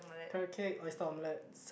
carrot-cake oyster-omelette